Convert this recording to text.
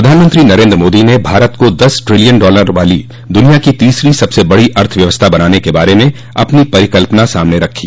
प्रधानमंत्री नरेन्द्र मोदी ने भारत को दस ट्रिलियन डॉलर वाली दनिया की तीसरी सबसे बड़ी अर्थव्यवस्था बनाने के बारे में अपनी परिकल्पना सामने रखी